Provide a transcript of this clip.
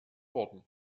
worden